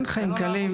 אין חיים קלים.